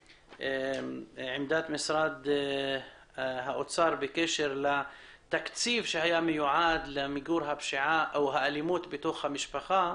עמדת משרד האוצר בקשר לתקציב שהיה מיועד למיגור האלימות בתוך המשפחה.